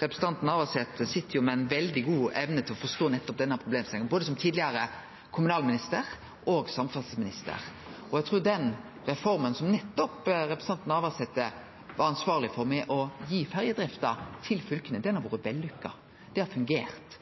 Representanten Navarsete sit med ei veldig god evne til å forstå nettopp denne problemstillinga som tidlegare både kommunalminister og samferdselsminister. Eg trur den reforma som representanten Navarsete var ansvarleg for, med å gi ferjedrifta til fylka, har vore vellukka. Ho har fungert.